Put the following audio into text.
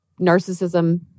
narcissism